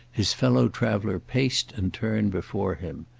his fellow traveller paced and turned before him.